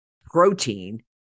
protein